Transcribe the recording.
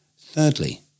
Thirdly